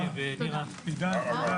עידן, תודה.